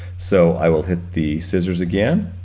so i will hit the scissors again,